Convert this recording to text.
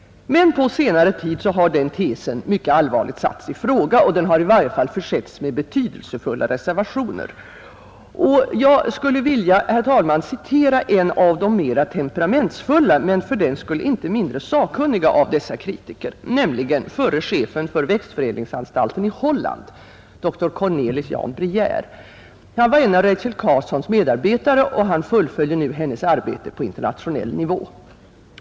På senare tid har emellertid den tesen mycket allvarligt satts i fråga, och den har i varje fall försetts med betydelsefulla reservationer. Jag skulle, herr talman, vilja citera en av de mer temperamentsfulla, men fördenskull inte mindre sakkunniga, av dessa kritiker, nämligen förre chefen för växtförädlingsanstalten i Holland, dr Cornelis Jan Briejér. Han var en av Rachel Carsons medarbetare och fullföljer nu hennes arbete på internationell nivå.